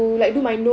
!huh!